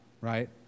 right